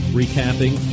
recapping